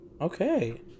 Okay